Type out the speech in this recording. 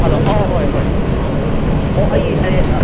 hello ꯑꯧ ꯍꯣꯏ ꯍꯣꯏ ꯑꯣ ꯑꯩ ꯑꯩ ꯑꯥ